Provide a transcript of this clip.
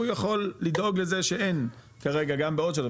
הוא יכול לדאוג לזה שאין כרגע גם בעוד שנה,